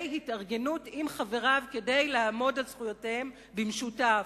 התארגנות עם חבריו כדי לעמוד על זכויותיהם במשותף.